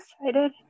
excited